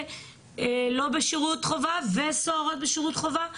לא בשירות חובה וסוהרות בשירות חובה?